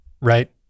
right